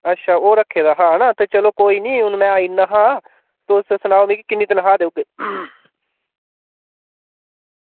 अच्छा ओह् रक्खे दा हा ऐ ना ते चलो कोई निं हून में आई जन्ना हा ते तुस सनाओ मिगी किन्नी तनखाह् देऊगे